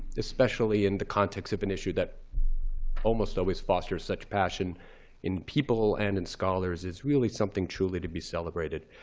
especially in the context of an issue that almost always fosters such passion in people and in scholars, is really something truly to be celebrated.